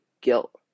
guilt